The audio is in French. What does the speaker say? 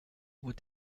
vos